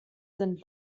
sind